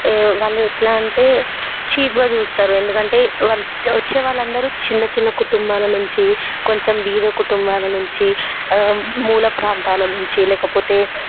వాళ్ళు ఎట్లా అంటే చీపుగా చూస్తారు ఎందుకంటే వాళ్లు వచ్చేవాళ్లందరూ చిన్న చిన్న కుటుంబాల నుంచి కొంచెం బీద కుటుంబాల నుంచి మూల ప్రాంతాల నుంచి లేకపోతే